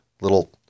little